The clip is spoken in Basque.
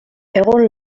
egon